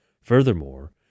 Furthermore